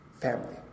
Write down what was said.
Family